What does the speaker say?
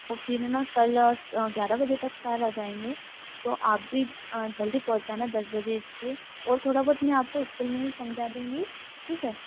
तो फिर है ना कल ग्यारह बजे तक सर आ जाएंगे तो आप भी जल्दी पहुँच जाना दस बजे इस्कूल और थोड़ा सा मैं आपको इस्कूल में ही समझा दूँगी ठीक है